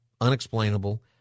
unexplainable